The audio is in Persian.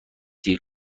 دیر